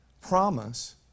promise